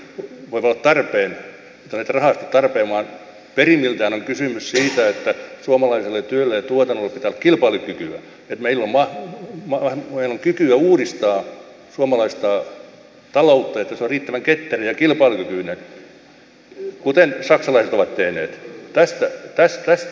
ne voivat olla tarpeen mutta perimmiltään on kysymys siitä että suomalaisella työllä ja tuotannolla pitää olla kilpailukykyä ja että meillä on kykyä uudistaa suomalaista taloutta jotta se on riittävän ketterä ja kilpailukykyinen kuten saksalaiset ovat tehneet